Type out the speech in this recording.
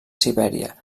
sibèria